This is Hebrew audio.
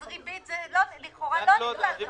העמותות לא צריכות לשלם את